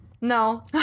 No